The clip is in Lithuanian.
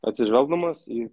atsižvelgdamas į